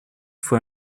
fue